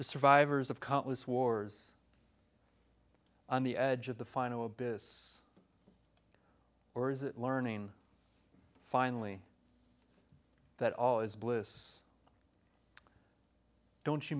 the survivors of countless wars on the edge of the final a business or is it learning finally that all is bliss don't you